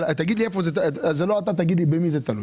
אם זה לא אתה תגיד לי במי זה תלוי,